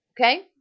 Okay